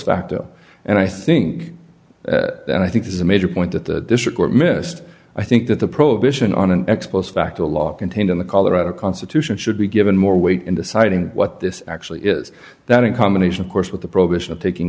facto and i think that i think is a major point that the district were missed i think that the prohibition on an ex post facto law contained in the colorado constitution should be given more weight in deciding what this actually is that in combination of course with the prohibition of taking